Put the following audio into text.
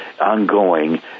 ongoing